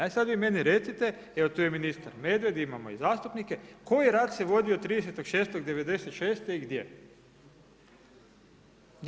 Evo sada vi meni recite, evo tu je i ministar Medved imamo i zastupnike, koji rat se vodio 30.6.'96. i gdje?